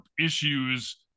issues